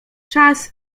czas